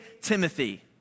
Timothy